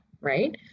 Right